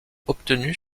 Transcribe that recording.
obtenus